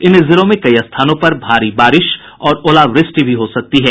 इन जिलों में कई स्थानों पर भारी बारिश और ओलावृष्टि भी हो सकती है